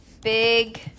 Big